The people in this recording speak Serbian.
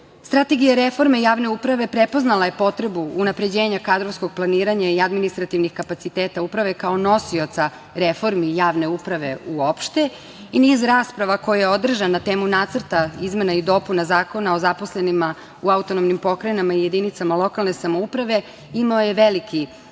godine. Strategija reforme javne uprave prepoznala je potrebu unapređenja kadrovskog planiranja i administrativnih kapaciteta uprave kao nosioca reformi javne uprave uopšte. Niz rasprava koja je održana na temu nacrta izmena i dopuna Zakona o zaposlenima u autonomnim pokrajinama i jedinicama lokalne samouprave imao je veliki